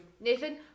Nathan